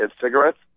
cigarettes